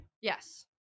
Yes